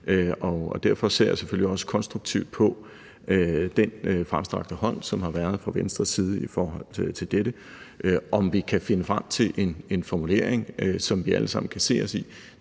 Derfor ser jeg selvfølgelig også konstruktivt på den fremstrakte hånd fra Venstres side i forhold til dette. Om vi kan finde frem til en formulering, som vi alle sammen kan se os i,